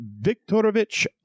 Viktorovich